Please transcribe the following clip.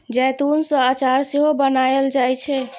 जैतून सं अचार सेहो बनाएल जाइ छै